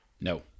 No